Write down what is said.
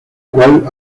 cual